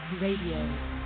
Radio